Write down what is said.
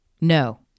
No